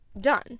done